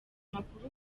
makuru